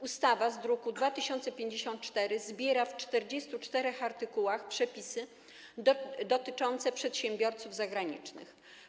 Ustawa z druku nr 2054 zbiera w 44 artykułach przepisy dotyczące przedsiębiorców zagranicznych.